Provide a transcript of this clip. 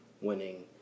winning